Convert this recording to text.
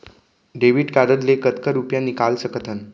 Debit card ले कतका रुपिया निकाल सकथन?